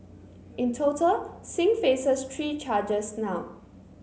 in total Singh faces three charges now